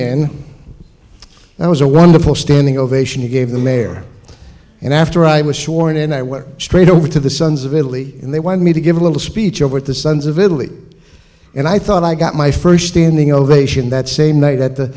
in that was a wonderful standing ovation he gave the mayor and after i was shorn and i went straight over to the sons of italy and they wanted me to give a little speech over at the sons of italy and i thought i got my first standing ovation that same night at the